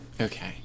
Okay